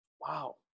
Wow